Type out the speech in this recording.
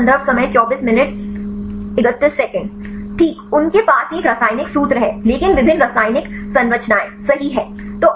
छात्र ठीक उनके पास एक ही रासायनिक सूत्र है लेकिन विभिन्न रासायनिक संरचना सही है